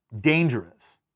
dangerous